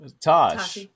Tosh